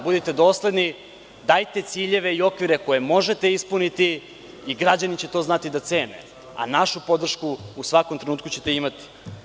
Budete dosledni, dajte ciljeve i okvire koje možete ispuniti i građani će to znati da cene, a našu podršku u svakom trenutku ćete imati.